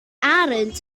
arend